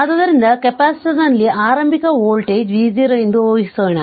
ಆದ್ದರಿಂದ ಕೆಪಾಸಿಟರ್ನಲ್ಲಿ ಆರಂಭಿಕ ವೋಲ್ಟೇಜ್ v0 ಎಂದು ಊಹಿಸೋಣ